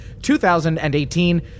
2018